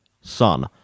son